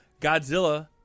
Godzilla